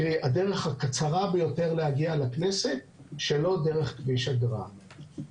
קרי הדרך קצרה ביותר להגיע לכנסת שלא דרך כביש אגרה.